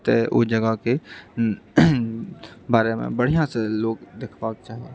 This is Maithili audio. ओतऽ ओ जगहके बारेमे बढ़िआँसँ लोग देखबाक चाही